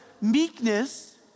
meekness